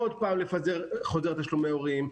עוד פעם לפזר חוזר תשלומי הורים,